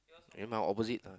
then mine opposite ah